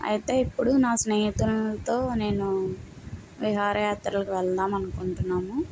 అయితే ఇప్పుడు నా స్నేహితులతో నేను విహారయాత్రలకు వెళ్దాం అనుకుంటున్నాము